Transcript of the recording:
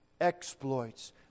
exploits